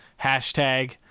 hashtag